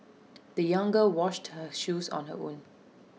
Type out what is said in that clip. the young girl washed her shoes on her own